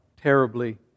terribly